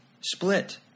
split